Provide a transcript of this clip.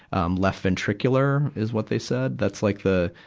um, left ventricular, is what they said? that's like the,